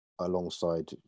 alongside